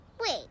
Wait